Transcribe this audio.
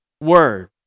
Word